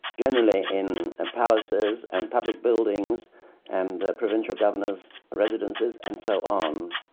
generally in palaces and public buildings and provincial governors' residences and so on.